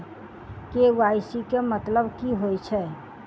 KYC केँ मतलब की होइ छै?